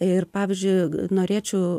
ir pavyzdžiui norėčiau